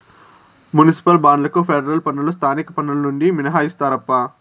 municipal బాండ్లకు federal పన్నులు స్థానిక పన్నులు నుండి మినహాయిస్తారప్పా